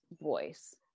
voice